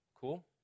Cool